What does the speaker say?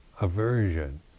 aversion